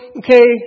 okay